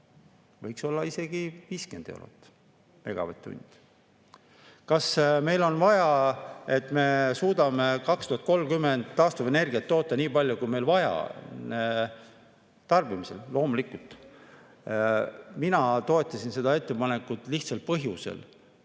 võiks olla isegi 50 eurot megavatt-tund. Kas meil on vaja, et me suudame 2030 toota taastuvenergiat nii palju, kui meil on tarbimiseks vaja? Loomulikult. Mina toetasin seda ettepanekut lihtsalt põhjusel,